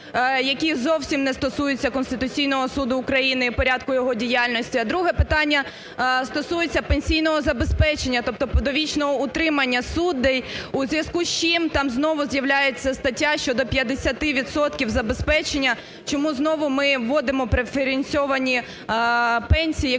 які зовсім не стосуються Конституційного Суду України і порядку його діяльності? А друге питання стосується пенсійного забезпечення, тобто довічного утримання суддів. У зв'язку з чим там знову з'являється стаття щодо 50 відсотків забезпечення? Чому знову ми вводимо преференційовані пенсії,